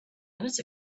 minutes